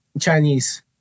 Chinese